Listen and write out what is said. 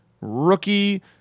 rookie